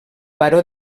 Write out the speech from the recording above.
baró